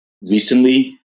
recently